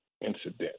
incident